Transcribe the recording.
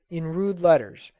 in rude letters,